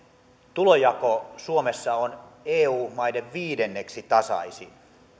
tulonjako suomessa on eu maiden viidenneksi tasaisin